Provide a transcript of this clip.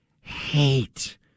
hate